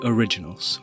Originals